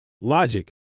logic